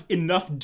enough